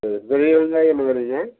சரி பெரிய வெங்காயம் என்ன விலைங்க